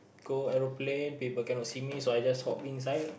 go aeroplane people cannot see me so I just hop inside